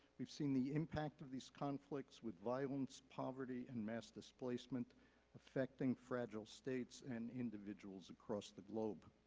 we've seen the impact of these conflicts with violence, poverty, and mass displacement affecting fragile states and individuals across the globe.